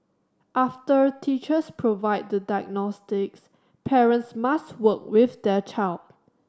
after teachers provide the diagnostics parents must work with their child